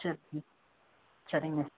சரிங்க சரிங்க மிஸ்